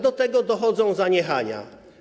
Do tego dochodzą zaniechania.